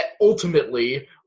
ultimately